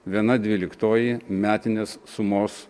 viena dvyliktoji metinės sumos